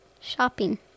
shopping